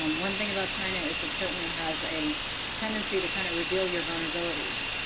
um one thing about china is it certainly has a tendency to kind of reveal your vulnerabilities.